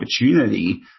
opportunity